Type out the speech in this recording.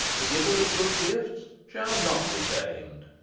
the giver of good gifts, shall not be shamed.